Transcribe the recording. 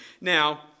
Now